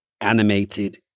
animated